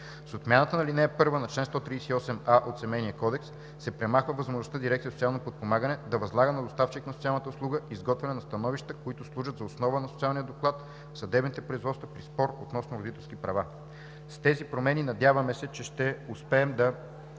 С отмяната на ал. 1 на чл. 138а от Семейния кодекс се премахва възможността дирекция „Социално подпомагане“ да възлага на доставчик на социална услуга изготвяне на становища, които служат за основа на социалния доклад в съдебните производства при спор относно родителски права.“ С тези промени се надяваме, че ще успеем да